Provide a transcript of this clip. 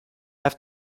have